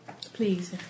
Please